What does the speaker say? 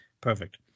perfect